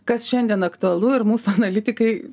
kas šiandien aktualu ir mūsų analitikai